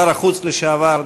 שר החוץ לשעבר,